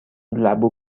لبو